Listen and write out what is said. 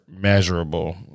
measurable